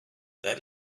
that